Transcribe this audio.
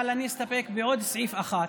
אבל אני אסתפק בעוד סעיף אחד: